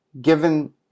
given